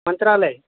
मंत्रालय